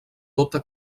tota